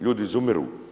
Ljudi izumiru.